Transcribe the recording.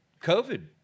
COVID